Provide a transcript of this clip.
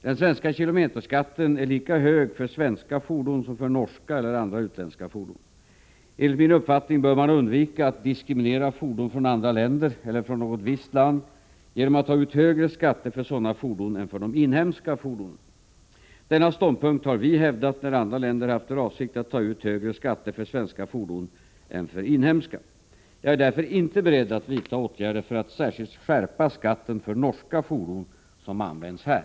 Den svenska kilometerskatten är lika hög för svenska fordon som för norska eller andra utländska fordon. Enligt min uppfattning bör man undvika att diskriminera fordon från andra länder eller från något visst land genom att ta ut högre skatter för sådana fordon än för de inhemska fordonen. Denna ståndpunkt har vi hävdat när andra länder haft för avsikt att ta ut högre skatter för svenska fordon än för inhemska. Jag är därför inte beredd att vidta åtgärder för att särskilt skärpa skatten för norska fordon som används här.